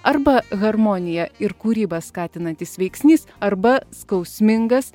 arba harmonija ir kūrybą skatinantis veiksnys arba skausmingas